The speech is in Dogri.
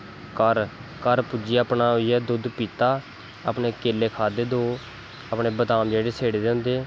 घर घर पुज्जियै अपनै दुध्द पीत्ता अपनै केले खाद्दे दो अपनै बदाम जेह्के स्हेड़े दे होंदे